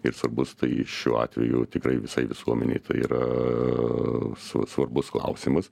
ir svarbus tai šiuo atveju tikrai visai visuomenei tai svarbus klausimas